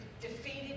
defeated